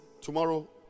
tomorrow